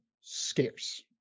scarce